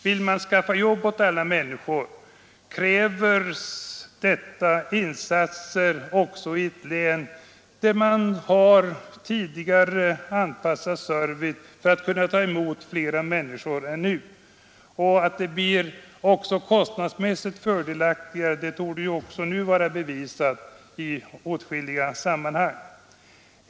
Vill man skaffa jobb åt alla kräver detta insatser också i ett län där servicen är anpassad efter fler människor än som för närvarande bor där. Att det ändock blir fördelaktigare rent kostnadsmässigt torde redan nu vara bevisat i åtskilliga sammanhang.